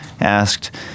asked